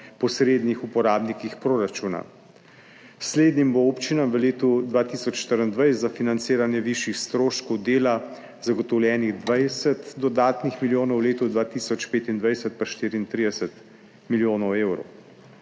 posrednih uporabnikih proračuna. S slednjim bo občinam v letu 2024 za financiranje višjih stroškov dela zagotovljenih 20 dodatnih milijonov, v letu 2025 pa 34 milijonov evrov.